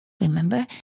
Remember